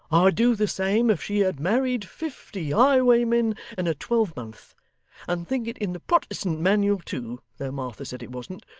i'd do the same if she had married fifty highwaymen in a twelvemonth and think it in the protestant manual too, though martha said it wasn't,